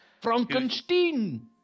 Frankenstein